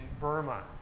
Burma